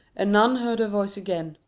and none heard her voice again,